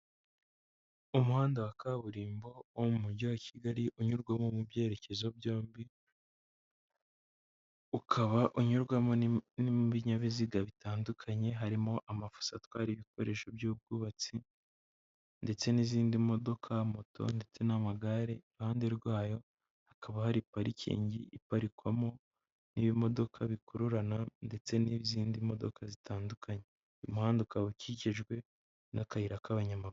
Umuhanda wa kaburimbo wo mu mujyi wa Kigali unyurwamo mu byerekezo byombi, ukaba unyurwamo n'ibinyabiziga bitandukanye, harimo amafoto atwara ibikoresho by'ubwubatsi ndetse n'izindi modoka, moto ndetse n'amagare, iruhande rwayo hakaba hari parikingi iparikwamo n'ibimodoka bikururana ndetse n'izindi modoka zitandukanye, uyu umuhanda ukaba ukikijwe n'akayira k'abanyamaguru.